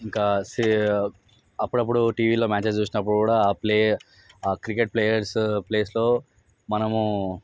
ఇంకా అప్పుడప్పుడు టీవీలో మ్యాచెస్ చూసినప్పుడు కూడా ప్లేయర్స్ ఆ క్రికెట్ ప్లేయర్స్ ప్లేస్లో మనము